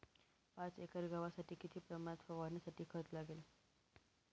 पाच एकर गव्हासाठी किती प्रमाणात फवारणीसाठी खत लागेल?